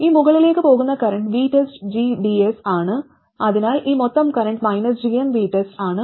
ഈ മുകളിലേക്ക് പോകുന്ന കറന്റ് VTESTgds ആണ് അതിനാൽ ഈ മൊത്തം കറന്റ് gmVTEST ആണ്